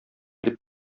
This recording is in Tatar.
дип